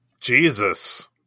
Jesus